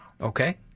Okay